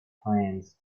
plans